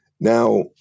Now